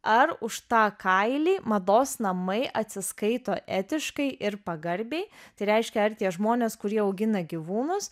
ar už tą kailį mados namai atsiskaito etiškai ir pagarbiai tai reiškia ar tie žmonės kurie augina gyvūnus